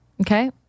Okay